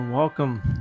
Welcome